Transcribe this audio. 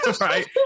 right